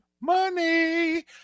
money